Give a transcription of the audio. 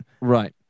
Right